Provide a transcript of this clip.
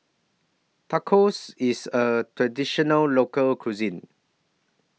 Tacos IS A Traditional Local Cuisine